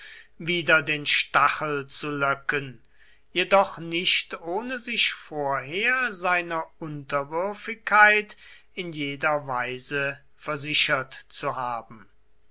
wider den stachel zu löcken jedoch nicht ohne sich vorher seiner unterwürfigkeit in jeder weise versichert zu haben